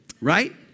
Right